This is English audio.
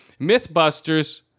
Mythbusters